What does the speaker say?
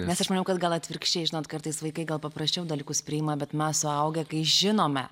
nes aš maniau kad gal atvirkščiai žinot kartais vaikai gal paprasčiau dalykus priima bet mes suaugę kai žinome